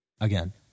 Again